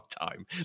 time